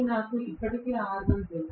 నాకు ఇప్పటికే R1 తెలుసు